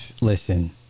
Listen